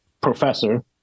professor